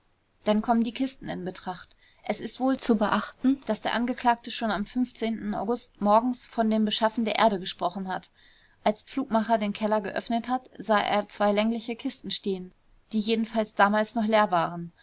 dann kommen die kisten in betracht es ist wohl zu beachten daß der angeklagte schon am august morgens von dem beschaffen von erde gesprochen hat als pflugmacher den keller geöffnet hat sah er zwei längliche kisten stehen die jedenfalls damals noch leer waren